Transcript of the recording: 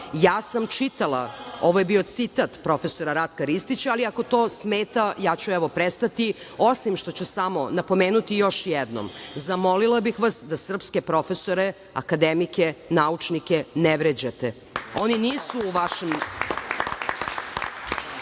Ja sam čitala, ovo je bio citat profesora Ratka Ristića, ali ako to smeta ja ću, evo, prestati, osim što ću samo napomenuti još jednom – zamolila bih vas da srpske profesore, akademike, naučnike ne vređate. Oni nisu u vašem…Moram